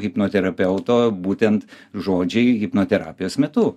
hipnoterapeuto būtent žodžiai hipnoterapijos metu